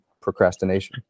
procrastination